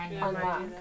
unlock